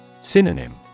Synonym